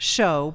show